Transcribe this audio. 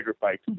fight